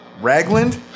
Ragland